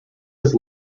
his